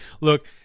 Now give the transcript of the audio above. Look